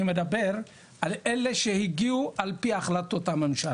אני מדבר על אלה שהגיעו על פי החלטות הממשלה.